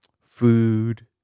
food